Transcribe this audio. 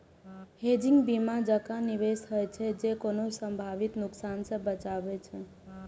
hedging बीमा जकां निवेश होइ छै, जे कोनो संभावित नुकसान सं बचाबै छै